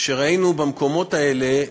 שראינו במקומות האלה,